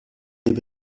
nelle